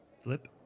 Flip